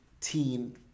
teen